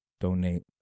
donate